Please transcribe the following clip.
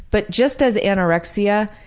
but just as anorexia,